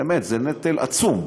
באמת, זה נטל עצום.